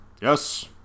Yes